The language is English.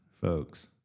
folks